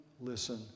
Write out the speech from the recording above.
listen